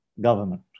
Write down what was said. government